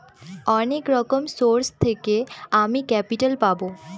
অনেক রকম সোর্স থেকে আমি ক্যাপিটাল পাবো